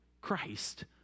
Christ